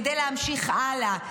כדי להמשיך הלאה,